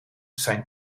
zijn